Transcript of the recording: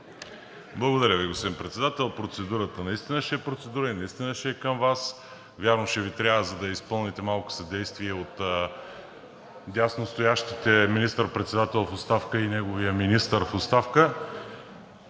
Благодаря Ви, господин Председател. Процедурата наистина ще е процедура и наистина ще е към Вас. Вярно, ще Ви трябва, за да я изпълните, малко съдействие и отдясно стоящите министър-председател в оставка и неговия министър в оставка.